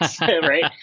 right